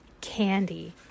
candy